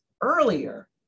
earlier